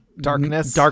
Darkness